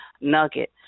nugget